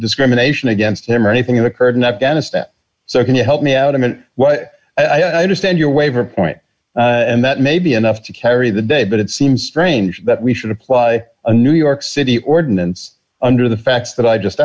discrimination against him or anything occurred in afghanistan so can you help me out i meant what i understand your waiver point and that may be enough to carry the day but it seems strange that we should apply a new york city ordinance under the facts that i just